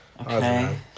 okay